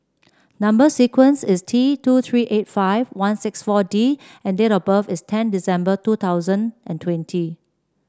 number sequence is T two three eight five one six four D and date of birth is ten December two thousand and twenty